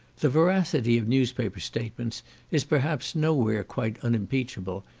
the veracity of newspaper statements is, perhaps, nowhere quite unimpeachable,